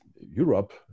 Europe